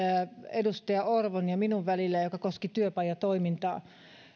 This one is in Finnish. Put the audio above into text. edustaja orvon ja minun välillä ja joka koski työpajatoimintaa